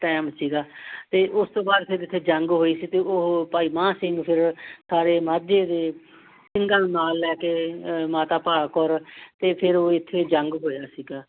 time ਸੀਗਾ ਅਤੇ ਉਸ ਤੋਂ ਬਾਅਦ ਫਿਰ ਇੱਥੇ ਜੰਗ ਹੋਈ ਸੀ ਅਤੇ ਉਹ ਭਾਈ ਮਹਾਂ ਸਿੰਘ ਫਿਰ ਸਾਰੇ ਮਾਝੇ ਦੇ ਸਿੰਘਾਂ ਨੂੰ ਨਾਲ ਲੈ ਕੇ ਮਾਤਾ ਭਾਗ ਕੌਰ ਅਤੇ ਫਿਰ ਉਹ ਇੱਥੇ ਜੰਗ ਹੋਇਆ ਸੀਗਾ